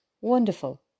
Wonderful